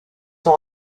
son